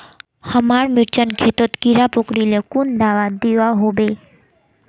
हमार मिर्चन खेतोत कीड़ा पकरिले कुन दाबा दुआहोबे?